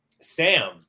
Sam